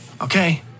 Okay